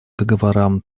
договорам